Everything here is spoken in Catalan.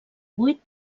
vuit